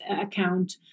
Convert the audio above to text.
account